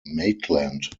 maitland